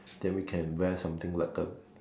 then we can wear something like a